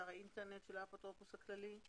הפרסום באתר האינטרנט של האפוטרופוס הכללי.